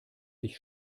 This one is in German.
sich